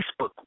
Facebook